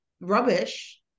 rubbish